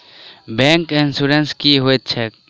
Bank insurance की होइत छैक?